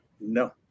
no